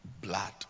blood